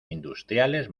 industriales